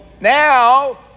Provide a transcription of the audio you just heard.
now